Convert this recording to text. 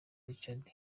richard